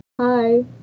Hi